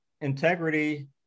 integrity